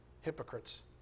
hypocrites